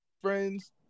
friends